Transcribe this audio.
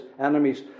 enemies